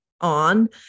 on